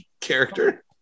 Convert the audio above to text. character